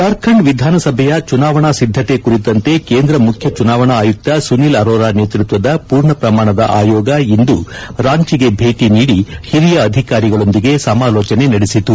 ಜಾರ್ಖಂಡ್ ವಿಧಾನಸಭೆಯ ಚುನಾವಣೆ ಸಿದ್ದತೆ ಕುರಿತಂತೆ ಕೇಂದ್ರ ಮುಖ್ಯ ಚುನಾವಣಾ ಆಯುಕ್ತ ಸುನೀಲ್ ಅರೋರಾ ನೇತೃತ್ವದ ಪೂರ್ಣ ಪ್ರಮಾಣದ ಆಯೋಗ ಇಂದು ರಾಂಚಿಗೆ ಭೇಟಿ ನೀಡಿ ಹಿರಿಯ ಅಧಿಕಾರಿಗಳೊಂದಿಗೆ ಸಮಾಲೋಚನೆ ನಡೆಸಿತು